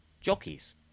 jockeys